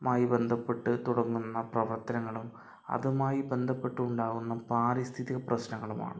മായി ബന്ധപ്പെട്ട് തുടങ്ങുന്ന പ്രവർത്തനങ്ങളും അതുമായി ബന്ധപ്പെട്ട് ഉണ്ടാകുന്ന പാരിസ്ഥിതിക പ്രശ്നങ്ങളുമാണ്